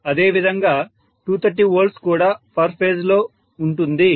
అదేవిధంగా 230V కూడా per phase లో ఉంటుంది